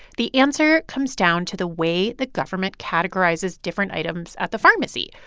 the answer comes down to the way the government categorizes different items at the pharmacy.